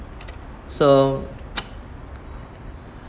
so